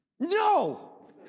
No